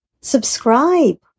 Subscribe